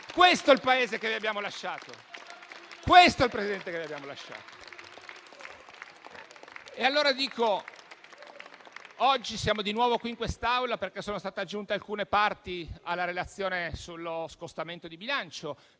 Questo è il Paese che vi abbiamo lasciato!